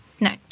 No